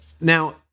Now